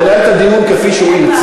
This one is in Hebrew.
הוא ינהל את הדיון כמו שהוא רוצה.